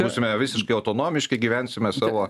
būsime visiškai autonomiški gyvensime savo